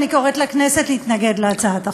אני קוראת לכנסת להתנגד להצעת החוק.